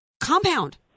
compound